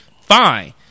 fine